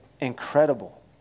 incredible